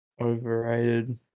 Overrated